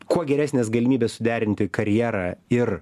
kuo geresnės galimybės suderinti karjerą ir